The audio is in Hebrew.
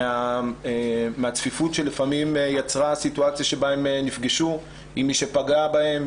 מן הצפיפות שלפעמים יצרה סיטואציה שבה הם נפגשו עם מי שפגע בהם,